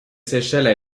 seychelles